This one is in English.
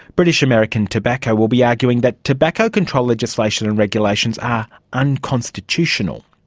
british american tobacco will be arguing that tobacco control legislation and regulations are unconstitutional.